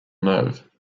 nerve